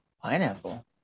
pineapple